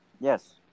Yes